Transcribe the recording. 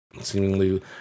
seemingly